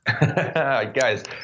Guys